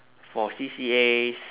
for C_C_As